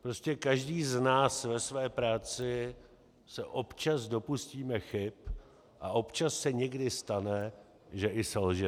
Prostě každý z nás ve své práci se občas dopustíme chyb a občas se někdy stane, že i selžeme.